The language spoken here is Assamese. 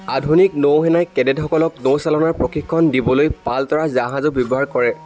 আধুনিক নৌসেনাই কেডেটসকলক নৌচালনাৰ প্ৰশিক্ষণ দিবলৈ পাল তৰা জাহাজো ব্যৱহাৰ কৰে